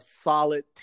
solid